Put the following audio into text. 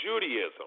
Judaism